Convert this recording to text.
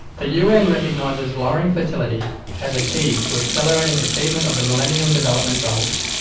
the un recognises lowering fertility as a key to accelerating achievement of the millennium development goals.